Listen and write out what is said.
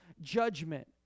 judgment